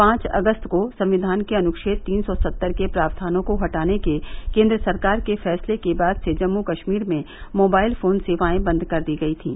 पांच अगस्त को संविधान के अनुच्छेद तीन सौ सत्तर के प्रावधानों को हटाने के केन्द्र सरकार के फैसले के बाद से जम्मू कश्मीर में मोबाइल फोन सेवाएं बंद कर दी गई थीं